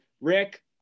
rick